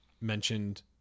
mentioned